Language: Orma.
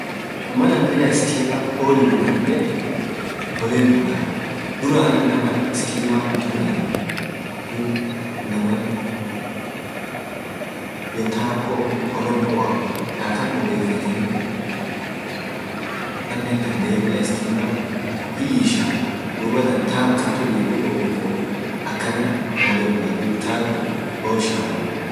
malaan bilaa stimaa olii bull anaan yedeen olle bulla, duraan inamaan stimaa hintumieenee, taa compoa taa kaan bobefetenii duub anen bilaa stimaa hiishaa, taa tumiedee bobefede akanaan olee bulaa duub toshaa.